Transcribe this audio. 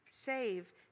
save